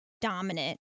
dominant